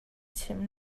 chimh